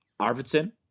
Arvidsson